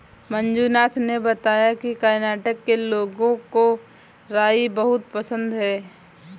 मंजुनाथ ने बताया कि कर्नाटक के लोगों को राई बहुत पसंद है